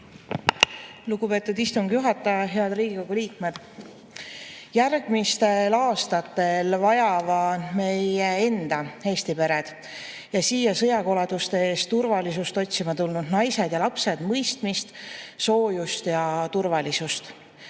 Lugupeetud istungi juhataja! Head Riigikogu liikmed! Järgmistel aastatel vajavad meie enda Eesti pered ja siia sõjakoleduste eest turvalisust otsima tulnud naised ja lapsed mõistmist, soojust ja turvalisust.